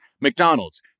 McDonald's